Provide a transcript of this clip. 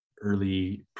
early